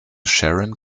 sharon